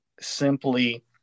simply